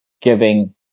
giving